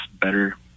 better